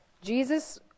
Jesus